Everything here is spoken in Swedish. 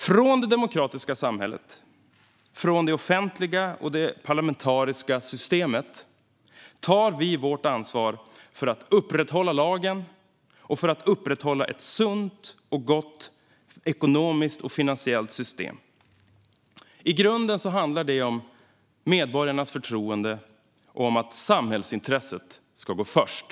Från det demokratiska samhället och från det offentliga och det parlamentariska systemet tar vi vårt ansvar för att upprätthålla lagen och för att upprätthålla ett sunt och gott ekonomiskt och finansiellt system. I grunden handlar det om medborgarnas förtroende och om att samhällsintresset ska gå först.